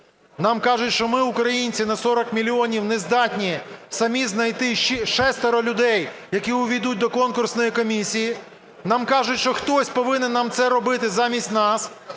нам кажуть, що ми, українці, на 40 мільйонів не здатні самі знайти шестеро людей, які увійдуть до конкурсної комісії. Нам кажуть, що хтось повинен нам це робити замість нас.